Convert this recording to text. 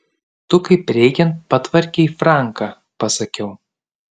tu kaip reikiant patvarkei franką pasakiau